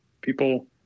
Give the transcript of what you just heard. People